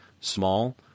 small